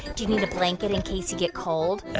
do you need a blanket in case you get cold?